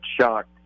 shocked